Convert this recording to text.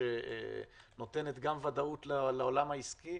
שנותנת גם ודאות לעולם העסקי,